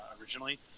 originally